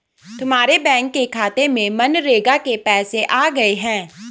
तुम्हारे बैंक के खाते में मनरेगा के पैसे आ गए हैं